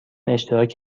اشتراک